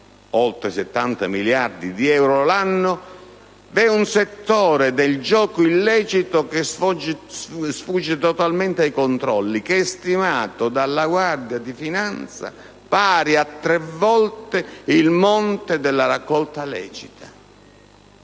(oltre 70 miliardi di euro l'anno), vi è un settore del gioco illecito che sfugge totalmente ai controlli, che è stimato dalla Guardia di finanza essere pari a tre volte il monte della raccolta lecita.